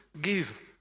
give